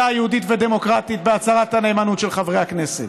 "יהודית ודמוקרטית" בהצהרת הנאמנות של חברי הכנסת.